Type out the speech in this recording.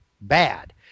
bad